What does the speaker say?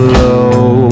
low